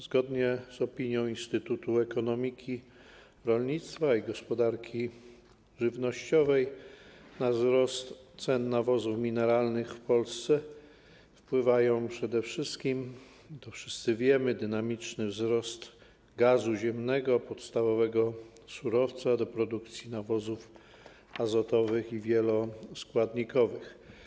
Zgodnie z opinią Instytutu Ekonomiki Rolnictwa i Gospodarki Żywnościowej na wzrost cen nawozów mineralnych w Polsce wpływa przede wszystkim, jak wszyscy wiemy, dynamiczny wzrost cen gazu ziemnego, podstawowego surowca do produkcji nawozów azotowych i wieloskładnikowych.